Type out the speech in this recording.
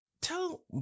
tell